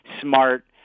smart